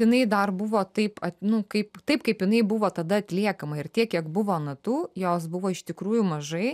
jinai dar buvo taip at nu kaip taip kaip jinai buvo tada atliekama ir tiek kiek buvo natų jos buvo iš tikrųjų mažai